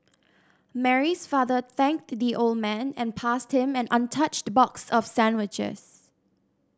Mary's father thanked the old man and passed him an untouched box of sandwiches